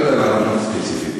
אני לא יודע לענות לך ספציפית.